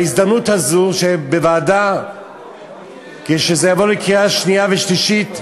בהזדמנות הזאת, שכשזה יבוא לקריאה שנייה ושלישית,